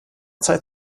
zeit